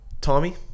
Tommy